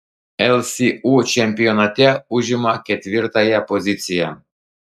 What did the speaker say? lsu čempionate užima ketvirtąją poziciją